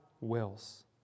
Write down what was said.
wills